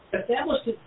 Established